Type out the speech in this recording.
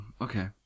Okay